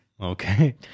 Okay